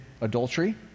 adultery